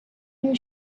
you